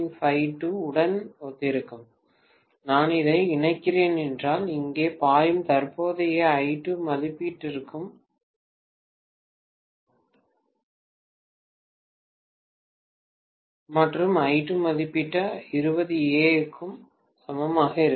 5 to உடன் ஒத்திருக்கும் நான் இதை இணைக்கிறேன் என்றால் இங்கே பாயும் தற்போதைய I2 மதிப்பிடப்பட்டிருக்கும் மற்றும் I2 மதிப்பிடப்பட்ட 20 A க்கு சமமாக இருக்கும்